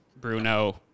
Bruno